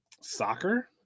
soccer